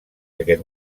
aquest